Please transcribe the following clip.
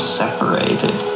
separated